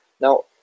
Now